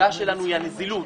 הבעיה שלנו היא הנזילות.